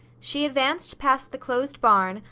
she advanced past the closed barn,